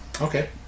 Okay